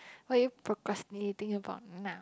what are you procrastinating about now